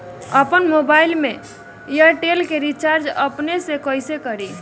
आपन मोबाइल में एयरटेल के रिचार्ज अपने से कइसे करि?